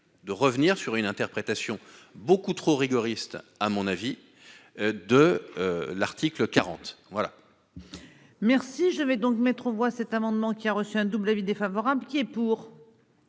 de revenir sur une interprétation beaucoup trop rigoriste. À mon avis. De. L'article 40. Voilà. Merci je vais donc mettre aux voix cet amendement qui a reçu un double avis défavorable qui est pour.